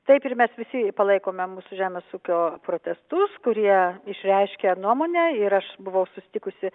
taip ir mes visi palaikome mūsų žemės ūkio protestus kurie išreiškia nuomonę ir aš buvau susitikusi